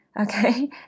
okay